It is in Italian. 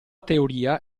teoria